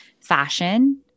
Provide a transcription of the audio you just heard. fashion